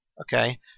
Okay